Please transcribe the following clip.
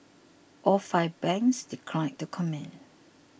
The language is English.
all five banks declined to comment